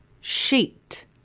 sheet